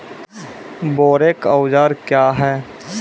बोरेक औजार क्या हैं?